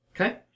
Okay